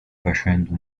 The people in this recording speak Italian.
facendo